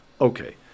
Okay